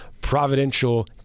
providential